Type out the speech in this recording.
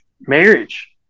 marriage